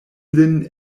lin